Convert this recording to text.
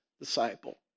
disciple